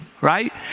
right